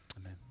Amen